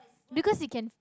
because you can